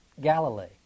Galilee